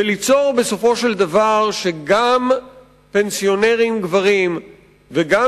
וליצור בסופו של דבר מצב שגם פנסיונרים-גברים וגם